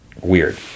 weird